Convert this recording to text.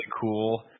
cool